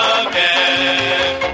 again